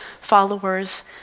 followers